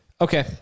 okay